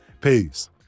Peace